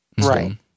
Right